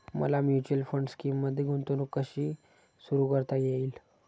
मला mutual fund स्कीममध्ये गुंतवणूक कशी सुरू करता येईल?